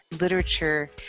literature